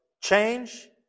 change